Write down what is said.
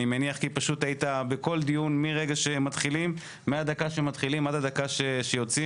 אני מניח כי פשוט היית בכל דיון מהדקה שמתחילים עד הדקה שיוצאים.